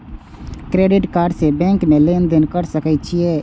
Credit card से bank में लेन देन कर सके छीये?